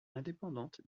indépendante